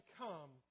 come